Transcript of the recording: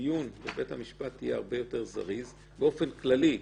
שהדיון בבית המשפט יהיה הרבה יותר זריז באופן כללי.